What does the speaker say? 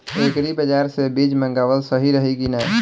Agri बाज़ार से बीज मंगावल सही रही की ना?